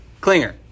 Clinger